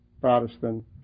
Protestant